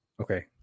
Okay